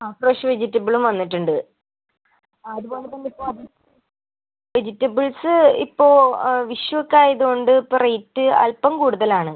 ആ ഫ്രെഷ് വെജിറ്റബിളും വന്നിട്ടുണ്ട് ആ അതുപോലെ തന്നെ ഇപ്പോൾ അത് വെജിറ്റബിൾസ്സ് ഇപ്പോൾ വിഷുവൊക്കെ ആയത് കൊണ്ട് ഇപ്പം റേറ്റ് അല്പം കൂടുതലാണ്